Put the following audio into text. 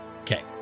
Okay